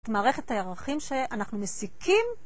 את מערכת הירחים שאנחנו מסיקים.